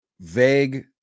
vague